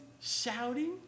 shouting